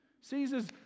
Caesar's